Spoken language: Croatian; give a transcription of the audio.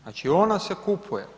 Znači ona se kupuje.